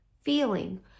feeling